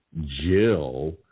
Jill